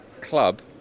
Club